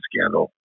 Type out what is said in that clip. scandal